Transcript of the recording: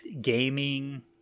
gaming